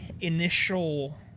initial